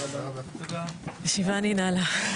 הישיבה ננעלה.